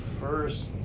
first